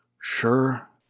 sure